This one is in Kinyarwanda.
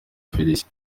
félicien